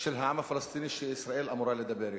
של העם הפלסטיני שישראל אמורה לדבר אתו.